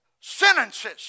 sentences